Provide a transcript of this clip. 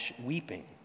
weeping